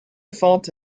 fault